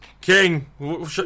King